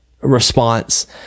response